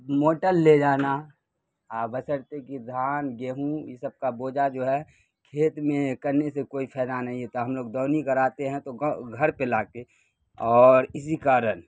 motor لے جانا آ بشرتے کی دھان گیہوں یہ سب کا بوجھا جو ہے کھیت میں کرنے سے کوئی فائدہ نہیں ہوتا ہم لوگ دونی کراتے ہیں تو گھر پہ لا کے اور اسی کارن